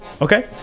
Okay